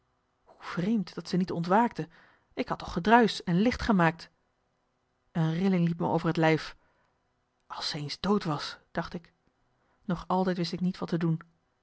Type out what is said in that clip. hoe vreemd dat ze niet ontwaakte ik had toch gedruisch en licht gemaakt een rilling liep me over t lijf als ze eens dood was dacht ik nog altijd wist ik niet wat te doen